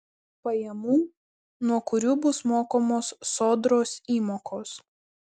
pajamų nuo kurių bus mokamos sodros įmokos